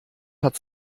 hat